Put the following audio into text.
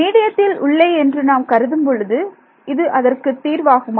மீடியத்தில் உள்ளே என்று நாம் கருதும் பொழுது இது அதற்கு தீர்வாகுமா